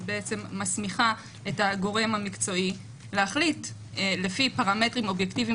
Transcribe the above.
היא מסמיכה את הגורם המקצועי להחליט לפי פרמטרים אובייקטיביים